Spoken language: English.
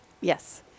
Yes